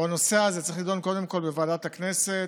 הנושא הזה צריך להידון קודם כול בוועדת הכנסת